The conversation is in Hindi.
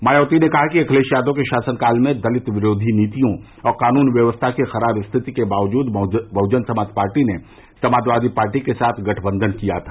मायावती ने कहा कि अखिलेश यादव के शासन काल में दलित विरोधी नीतियों और कानून व्यवस्था की खराब स्थिति के बावजूद बहुजन समाज पार्टी ने समाजवादी पार्टी के साथ गठबंधन किया था